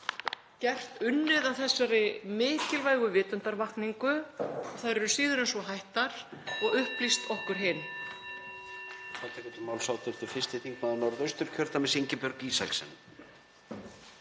áratug unnið að þessari mikilvægu vitundarvakningu, þær eru síður en svo hættar, og upplýst okkur hin.